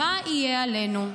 מה יהיה עלינו?